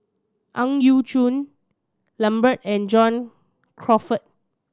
Ang Yau Choon Lambert and John Crawfurd